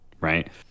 right